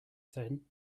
thin